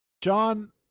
John